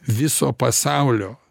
viso pasaulio